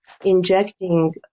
injecting